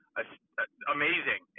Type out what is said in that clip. amazing